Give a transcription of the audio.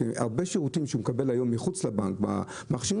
הרבה שירותים שהוא מקבל היום מחוץ לבנק במכשירים